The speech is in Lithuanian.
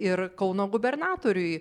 ir kauno gubernatoriui